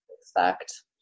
expect